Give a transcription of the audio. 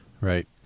Right